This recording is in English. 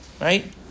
right